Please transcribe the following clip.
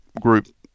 group